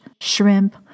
shrimp